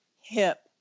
hip